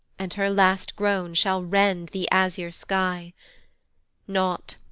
and her last groan shall rend the azure sky not,